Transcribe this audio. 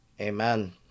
Amen